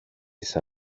της